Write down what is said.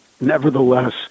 nevertheless